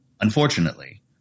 Unfortunately